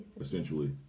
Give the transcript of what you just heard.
essentially